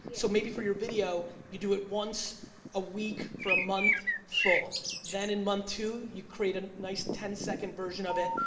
so maybe for your video, you do it once a week, for a month full. then in month two you create a nice ten second version of it,